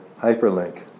hyperlink